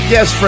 Yes